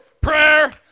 Prayer